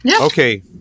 okay